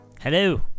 hello